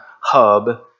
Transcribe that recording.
hub